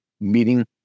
meeting